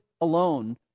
alone